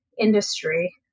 industry